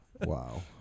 Wow